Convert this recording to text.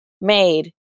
made